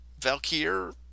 Valkyr